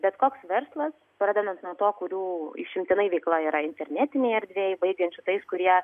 bet koks verslas pradedant nuo to kurių išimtinai veikla yra internetinėj erdvėj baigiančių tais kurie